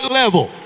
level